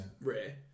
rare